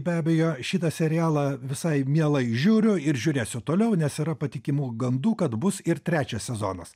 be abejo šitą serialą visai mielai žiūriu ir žiūrėsiu toliau nes yra patikimų gandų kad bus ir trečias sezonas